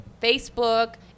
Facebook